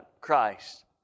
Christ